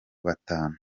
batanu